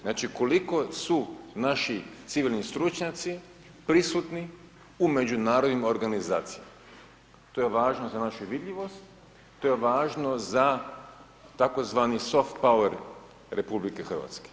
Znači koliko su naši civilni stručnjaci, prisutni u međunarodnim organizacijama, to je važno za našu vidljivosti, to je važno za tzv. soft power RH.